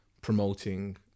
promoting